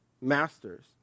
masters